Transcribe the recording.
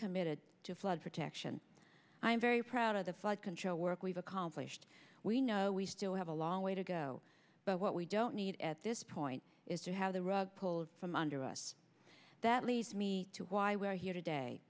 committed to flood protection i'm very proud of the flood control work we've accomplished we know we still have a long way to go but what we don't need at this point is to have the rug pulled from under us that leads me to why we're here today